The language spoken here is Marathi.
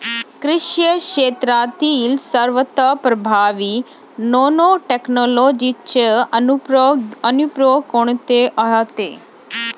कृषी क्षेत्रातील सर्वात प्रभावी नॅनोटेक्नॉलॉजीचे अनुप्रयोग कोणते आहेत?